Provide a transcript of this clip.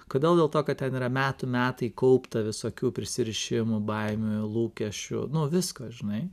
kodėl dėl to kad ten yra metų metai kaupta visokių prisirišimų baimių lūkesčių nu visko žinai